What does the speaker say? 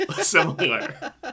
similar